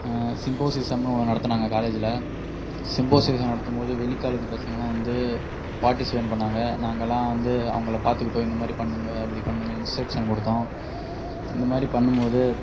சிம்போசிசம்னு ஒன்று நடத்தினாங்க காலேஜில் சிம்போசிசம் நடத்தும் போது வெளி காலேஜ் பசங்களாம் வந்து பார்ட்டிசிபேட் பண்ணிணாங்க நாங்களாம் வந்து அவங்கள பார்த்துகிட்டோம் இந்த மாதிரி பண்ணுங்க அப்படி பண்ணுங்க இன்ஸ்ட்ரக்ஷன் கொடுத்தோம் இந்த மாதிரி பண்ணும் போது